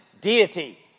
deity